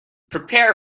prepare